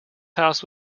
house